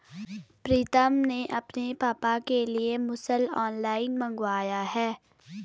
प्रितम ने अपने पापा के लिए मुसल ऑनलाइन मंगवाया है